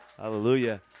Hallelujah